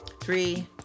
Three